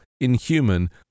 Inhuman